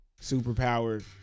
Superpower